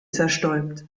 zerstäubt